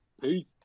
Peace